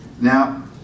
Now